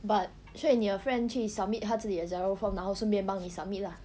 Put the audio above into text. but 所以你的 friend 去 submit 他自己的 giro form 然后顺便帮你 submit lah